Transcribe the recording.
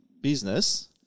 business